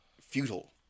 futile